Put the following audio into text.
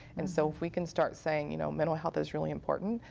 and so if we can start saying you know mental health is really important,